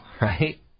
right